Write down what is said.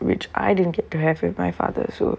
which I didn't get to have with my father so